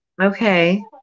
Okay